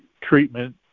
treatment